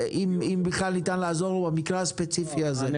והאם בכלל ניתן לעזור לו במקרה הספציפי הזה.